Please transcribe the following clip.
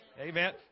Amen